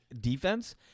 defense